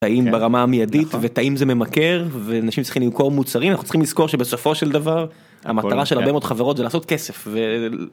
טעים ברמה המיידית וטעים זה ממכר ואנשים צריכים למכור מוצרים אנחנו צריכים לזכור שבסופו של דבר המטרה של הרבה מאוד חברות זה לעשות כסף.